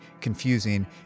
confusing